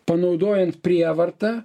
panaudojant prievartą